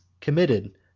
committed